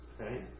Okay